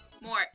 More